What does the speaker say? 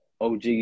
OG